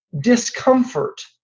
discomfort